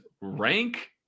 rank